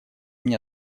мне